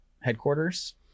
headquarters